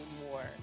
more